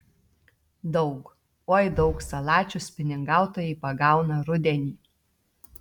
daug oi daug salačių spiningautojai pagauna rudenį